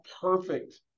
perfect